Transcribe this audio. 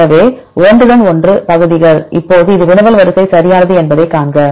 எனவே ஒன்றுடன் ஒன்று பகுதிகள் இப்போது இது வினவல் வரிசை சரியானது என்பதைக் காண்க